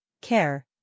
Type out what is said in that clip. care